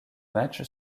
match